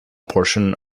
portion